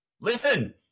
Listen